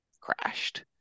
crashed